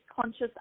conscious